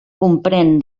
comprèn